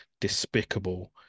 despicable